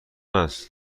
است